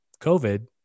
COVID